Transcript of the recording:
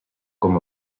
com